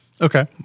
Okay